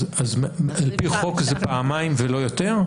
על פי חוק זה פעמיים ולא יותר?